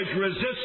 resist